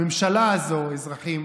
הממשלה הזאת, אזרחים,